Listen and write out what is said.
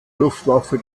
luftwaffe